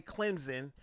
Clemson